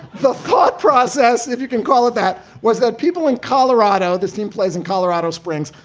the thought process, if you can call it that, was that people in colorado. this team plays in colorado springs.